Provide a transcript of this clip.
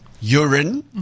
urine